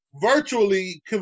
virtually